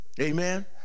Amen